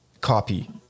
copy